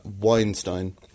Weinstein